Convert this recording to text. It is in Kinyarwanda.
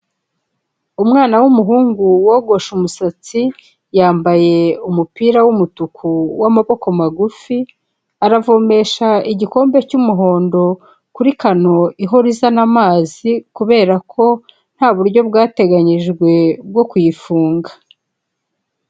Umwana w'umuhungu wogoshe umusatsi, yambaye umupira w'umutuku w'amaboko magufi, aravomesha igikombe cy'umuhondo kuri kano ihora izana amazi kubera ko nta buryo bwateganijwe bwo kuyifunga.